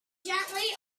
gently